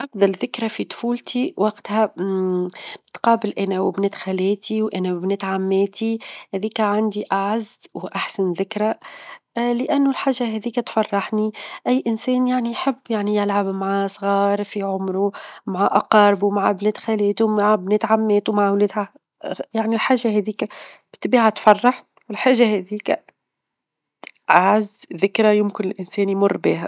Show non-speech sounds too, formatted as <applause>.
أفضل ذكرى في طفولتي وقتها <hesitation> بنتقابل أنا وبنات خالاتي، وأنا وبنات عماتي، هذيكا عندي أعز، وأحسن ذكرى <hesitation> لأنو الحاجة هاذيكا تفرحني، أي إنسان يعني يحب يعني يلعب مع صغار في عمره، مع أقاربه، مع بنات خالاته، مع بنات عماته، مع ولاد <hesitation> يعني حاجة هاذيك بالطبيعة تفرح، الحاجة هاذيك أعز ذكرى يمكن الإنسان يمر بها.